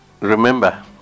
Remember